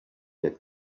that